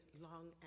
long